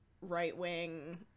right-wing